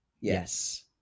Yes